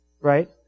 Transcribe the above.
right